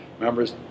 members